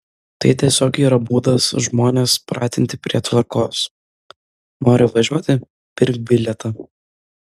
tai tiesiog yra būdas žmones pratinti prie tvarkos nori važiuoti pirk bilietą